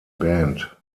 band